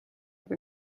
kui